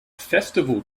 festival